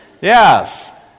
Yes